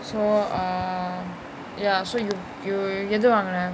so err ya so you you எது வாங்குன:ethu vaanguna